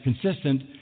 consistent